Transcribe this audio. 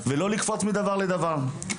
ולא לקפוץ מדבר לדבר.